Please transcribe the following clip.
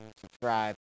subscribe